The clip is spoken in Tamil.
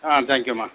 ஆ தேங்க்யூம்மா